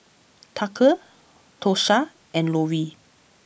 Tucker Tosha and Lovie